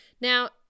Now